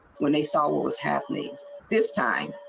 when they saw what was happening this time.